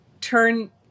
turn